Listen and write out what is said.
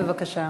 בבקשה.